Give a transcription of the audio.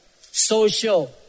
social